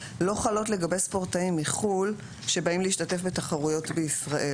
לא חלות לגבי ספורטאים מחו"ל שבאים להשתתף בתחרויות בישראל